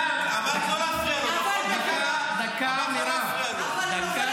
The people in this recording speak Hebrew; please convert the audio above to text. אמרת לא להפריע, אמרת לא להפריע, נכון?